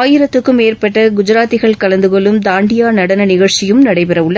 ஆயிரத்துக்கும் மேற்பட்ட குஜராத்திகள் கலந்துகொள்ளும் தாண்டியா நடன நிகழ்ச்சியும் நடைபெற உள்ளது